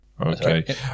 Okay